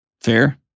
Fair